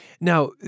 Now